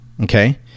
Okay